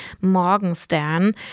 Morgenstern